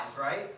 right